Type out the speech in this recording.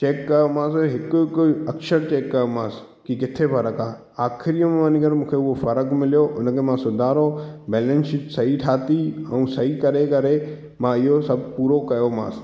check कयोमांसि हिकु हिकु अखरु चैक कयोमांसि की किथे फ़र्क़ु आहे आख़िरी में वञी करे मूंखे उहो फ़र्क़ु मिलियो उन खे मां सुधारियो बैलेंस शीट सही ठाती ऐं सही करे करे मां इहो सभु पूरो कयोमांसि